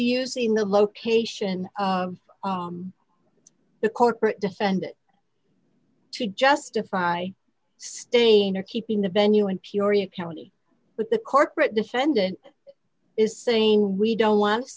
using the location of the corporate defendant to justify staying or keeping the venue in peoria county but the corporate defendant is saying we don't want to